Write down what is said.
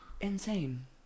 Insane